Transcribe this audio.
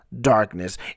darkness